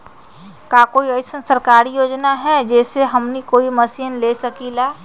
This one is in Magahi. का कोई अइसन सरकारी योजना है जै से हमनी कोई मशीन ले सकीं ला?